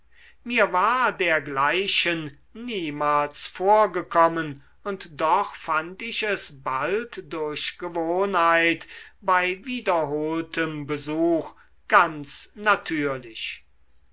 mir war dergleichen niemals vorgekommen und doch fand ich es bald durch gewohnheit bei wiederholtem besuch ganz natürlich